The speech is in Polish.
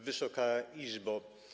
Wysoka Izbo!